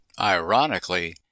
Ironically